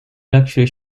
luxury